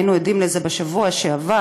היינו עדים לזה בשבוע שעבר.